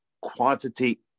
quantity